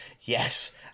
Yes